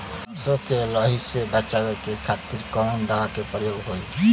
सरसो के लही से बचावे के खातिर कवन दवा के प्रयोग होई?